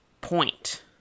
point